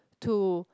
to